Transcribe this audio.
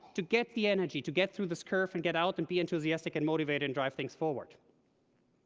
to get the energy, to get through this curve and get out and be enthusiastic and motivated and drive things forward.